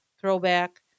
throwback